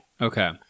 Okay